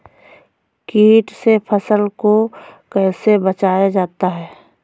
कीट से फसल को कैसे बचाया जाता हैं?